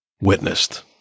witnessed